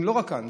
לא רק כאן,